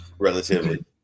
Relatively